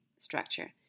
structure